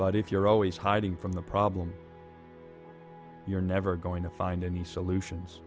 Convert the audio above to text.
but if you're always hiding from the problem you're never going to find any solutions